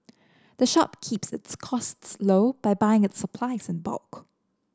the shop keeps its costs low by buying its supplies in bulk